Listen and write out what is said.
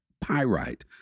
pyrite